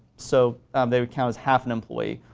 so they would count as half an employee.